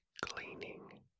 cleaning